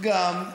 גם.